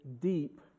deep